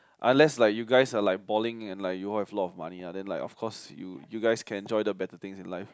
unless like you guys are like balling and like you all have a lot of money lah then like of course you you guys can enjoy the better things in life